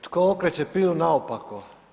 Tko okreće pilu naopako?